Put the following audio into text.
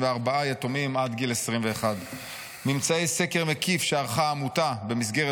יתומים עד גיל 21. ממצאי סקר מקיף שערכה העמותה במסגרת